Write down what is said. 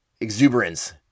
exuberance